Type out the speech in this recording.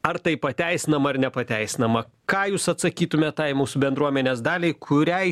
ar tai pateisinama ar nepateisinama ką jūs atsakytumėt tai mūsų bendruomenės daliai kuriai